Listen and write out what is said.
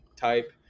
type